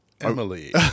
Emily